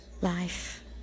Life